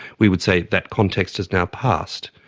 we would say, that context has now passed.